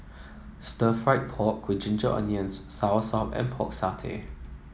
Stir Fried Pork with Ginger Onions Soursop and Pork Satay